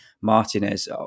Martinez